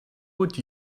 would